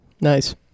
Nice